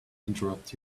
interrupt